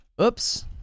Oops